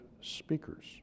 speakers